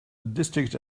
district